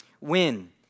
win